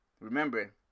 remember